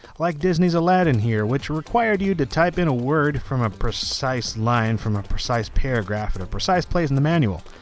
like disney's aladdin here which required you to type in a word from a precise line from a precise paragraph at a precise place in the manual.